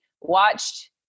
watched